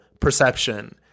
perception